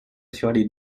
sur